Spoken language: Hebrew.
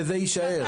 וזה יישאר.